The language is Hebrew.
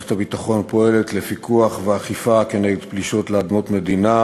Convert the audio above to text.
מערכת הביטחון פועלת לפיקוח ואכיפה כנגד פלישות לאדמות מדינה